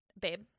babe